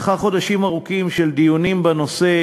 לאחר חודשים ארוכים של דיונים בנושא,